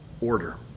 order